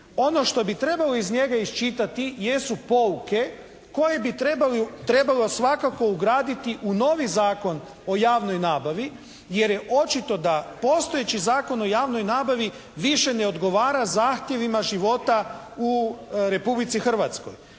Ono što bi trebalo iz njega iščitati jesu pouke koje bi trebalo svakako ugraditi u novi Zakon o javnoj nabavi jer je očito da postojeći Zakon o javnoj nabavi više ne odgovara zahtjevima života u Republici Hrvatskoj.